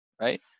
right